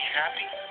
happy